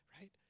Right